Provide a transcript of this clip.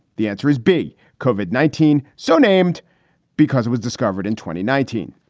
the answer is big covered nineteen so named because it was discovered in twenty nineteen.